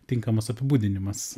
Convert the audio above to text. tinkamas apibūdinimas